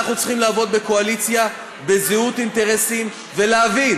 אנחנו צריכים לעבוד בקואליציה בזהות אינטרסים ולהבין